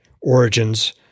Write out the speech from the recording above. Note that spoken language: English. origins